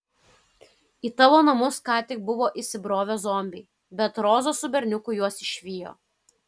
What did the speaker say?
į tavo namus ką tik buvo įsibrovę zombiai bet roza su berniuku juos išvijo